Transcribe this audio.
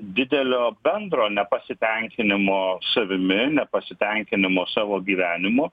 didelio bendro nepasitenkinimo savimi nepasitenkinimo savo gyvenimu